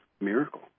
miracle